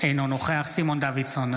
אינו נוכח סימון דוידסון,